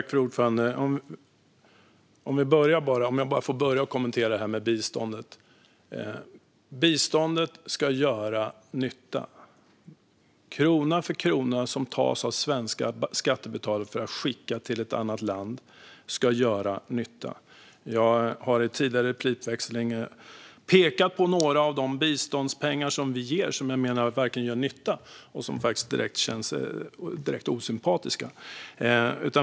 Fru talman! Jag börjar med att kommentera detta med biståndet. Biståndet ska göra nytta. Krona för krona som tas av svenska skattebetalare för att skicka till ett annat land ska göra nytta. Jag har i tidigare replikväxlingar pekat på några av de biståndspengar som vi ger och som jag menar verkligen gör nytta och på dem som faktiskt känns direkt osympatiska.